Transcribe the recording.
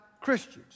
Christians